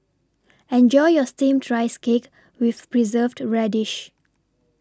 Enjoy your Steamed Rice Cake with Preserved Radish